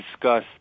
discuss